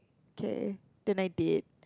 okay the ninety eight